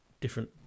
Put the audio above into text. different